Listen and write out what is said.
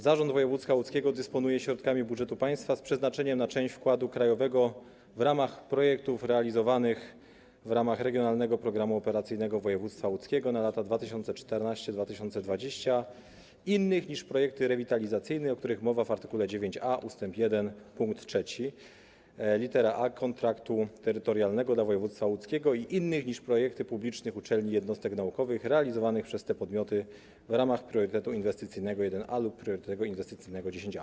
Zarząd Województwa Łódzkiego dysponuje środkami budżetu państwa z przeznaczeniem na część wkładu krajowego w projektach realizowanych w ramach „Regionalnego programu operacyjnego województwa łódzkiego na lata 2014-2020” innych niż projekty rewitalizacyjne, o których mowa w art. 9a ust. 1 pkt 3 lit. a „Kontraktu terytorialnego dla województwa łódzkiego”, i innych niż projekty publicznych uczelni, jednostek naukowych realizowane przez te podmioty w ramach priorytetu inwestycyjnego 1a lub priorytetu inwestycyjnego 10a.